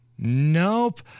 Nope